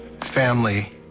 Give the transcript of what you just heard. family